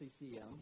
CCM